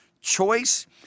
choice